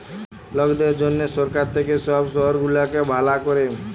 লকদের জনহ সরকার থাক্যে সব শহর গুলাকে ভালা ক্যরে